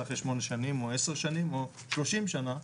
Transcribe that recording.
אחרי שמונה שנים או עשר שנים או 30 שנה,